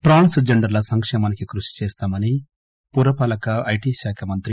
ట్రాన్స్ జెండర్ల సక్షేమానికి కృషి చేస్తామని పురపాలక ఐటి శాఖ మంత్రి